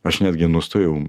aš netgi nustojau